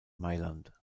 mailand